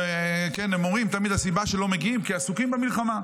הם אומרים תמיד שהסיבה שלא מגיעים היא כי עסוקים במלחמה.